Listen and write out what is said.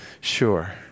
sure